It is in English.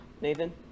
Nathan